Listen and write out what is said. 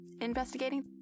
investigating